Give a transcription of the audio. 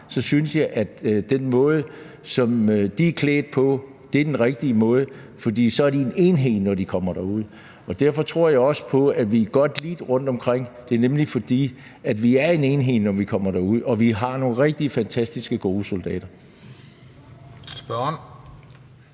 interesser, med den måde, som de er klædt på, er klædt på den rigtige måde, fordi de så er en enhed, når de kommer derud. Derfor tror jeg også på, at vi er godt lidt rundtomkring. For vi er nemlig en enhed, når vi kommer derud, og vi har nogle rigtig fantastiske og gode soldater.